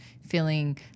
feeling